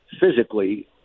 physically